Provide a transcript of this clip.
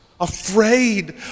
afraid